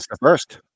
first